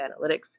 analytics